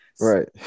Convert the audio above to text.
Right